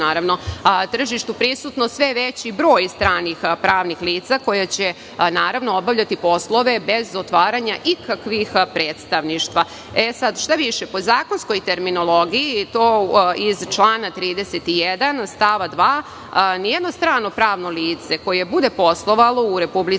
tržištu prisutno sve veći broj stranih pravnih lica koja će obavljati poslove bez otvaranja ikakvih predstavništva. Štaviše, po zakonskoj terminologiji iz člana 31. stav 2. nijedno strano pravno lice koje bude poslovalo u Republici